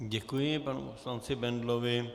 Děkuji panu poslanci Bendlovi.